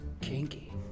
kinky